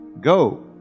Go